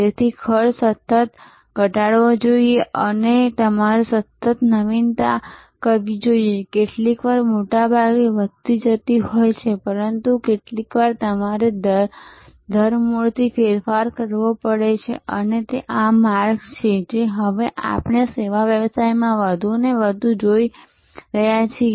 તેથી ખર્ચ સતત ઘટાડવો જોઈએ અને તમારે સતત નવીનતા કરવી જોઈએ કેટલીકવાર મોટાભાગે વધતી જતી હોય છે પરંતુ કેટલીકવાર તમારે ધરમૂળથી ફેરફાર કરવો પડે છે અને આ તે માર્ગ છે જે હવે આપણે સેવા વ્યવસાયોમાં વધુને વધુ જોઈ રહ્યા છીએ